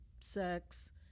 sex